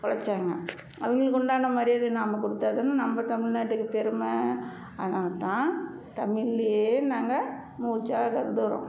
உழைச்சாங்க அவங்களுக்கு உண்டான மரியாதையை நாம கொடுத்ததான நம்ம தமிழ்நாட்டுக்கு பெருமை அதனால தான் தமிழிலயே நாங்கள் மூச்சாக கருதுகிறோம்